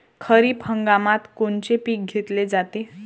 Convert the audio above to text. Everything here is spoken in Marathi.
खरिप हंगामात कोनचे पिकं घेतले जाते?